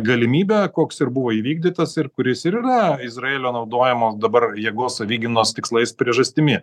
galimybę koks ir buvo įvykdytas ir kuris ir yra izraelio naudojamos dabar jėgos savigynos tikslais priežastimi